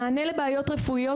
מענה לבעיות רפואיות,